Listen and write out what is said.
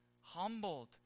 humbled